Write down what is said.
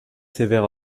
sévère